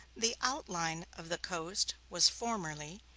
the outline of the coast was formerly,